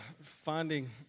finding